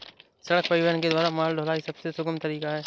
सड़क परिवहन के द्वारा माल ढुलाई सबसे सुगम तरीका है